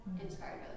inspired